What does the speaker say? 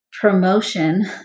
promotion